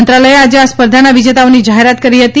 મંત્રાલયે આજે આ સ્પર્ધાના વિજેતાઓની જાહેરાત કરી છે